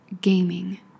gaming